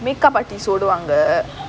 make up artist ஓடுவாங்க:oduvaanga